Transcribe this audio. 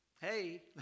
hey